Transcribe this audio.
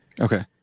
Okay